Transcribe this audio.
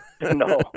No